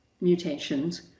mutations